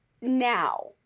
now